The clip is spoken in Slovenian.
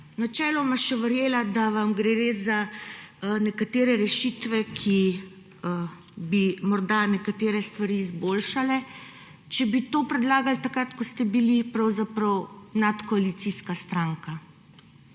načeloma še verjela, da vam gre res za nekatere rešitve, ki bi morda nekatere stvari izboljšale, če bi to predlagali takrat, ko ste bili pravzaprav nadkoalicijska stranka.